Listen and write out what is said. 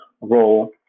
role